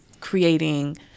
creating